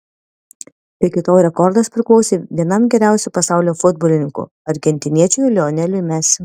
iki tol rekordas priklausė vienam geriausių pasaulio futbolininkų argentiniečiui lioneliui mesi